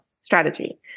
strategy